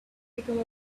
became